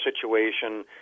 situation